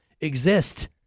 exist